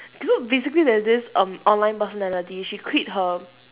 you know basically there's this um online personality she quit her